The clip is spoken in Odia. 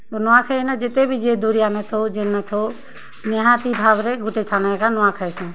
ନୂଆଖାଇନେ ଯେତେ ବି ଯିଏ ଦୁରିଆନେ ଥାଉ ଯେନେ ଥାଉ ନିହାତି ଭାବରେ ଗୁଟେ ଠନେ ଏକା ନୂଆ ଖାଇସୁଁ